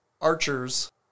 Archers